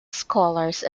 scholars